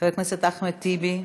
חבר הכנסת אחמד טיבי,